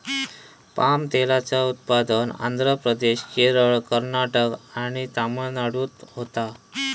palm तेलाचा उत्पादन आंध्र प्रदेश, केरळ, कर्नाटक आणि तमिळनाडूत होता